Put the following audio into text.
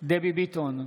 דבי ביטון,